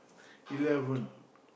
eleven